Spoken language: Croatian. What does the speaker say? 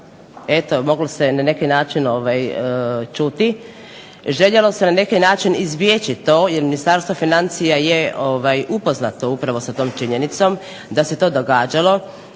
eto moglo se na neki način čuti, željelo se na neki način izbjeći to, jer Ministarstvo financija je upoznato upravo sa tom činjenicom, da se to događalo,